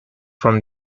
from